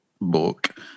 book